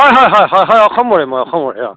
হয় হয় হয় হয় হয় অসমৰে মই অসমৰে অ